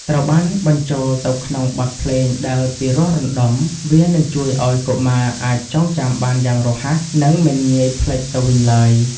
ត្រូវបានបញ្ចូលទៅក្នុងបទភ្លេងដែលពិរោះរណ្តំ វានឹងជួយឱ្យកុមារអាចចងចាំបានយ៉ាងរហ័ស និងមិនងាយភ្លេចទៅវិញឡើយ។